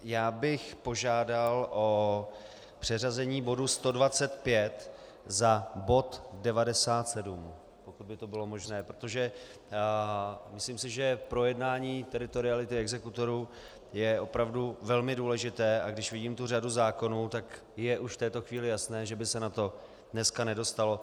Já bych požádal o přeřazení bodu 125 za bod 97, pokud by to bylo možné, protože myslím si, že projednání teritoriality exekutorů je opravdu velmi důležité, a když vidím tu řadu zákonů, tak je už v této chvíli jasné, že by se na to dneska nedostalo.